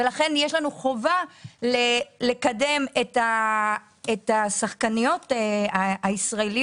לכן יש לנו חובה לקדם את השחקניות הישראליות,